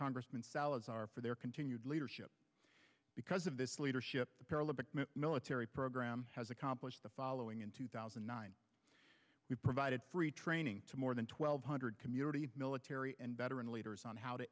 congressman salazar for their continued leadership because of this leadership paralympic military program has accomplished the following in two thousand and nine we provided free training to more than twelve hundred community military and veteran leaders on how to